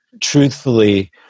truthfully